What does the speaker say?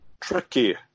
tricky